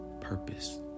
purpose